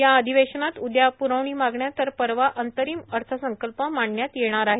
या अधिवेशनात उद्या प्रवणी मागण्या तर परवा अंतरिम अर्थसंकल्प मांडण्यात येणार आहे